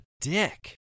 dick